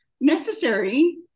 necessary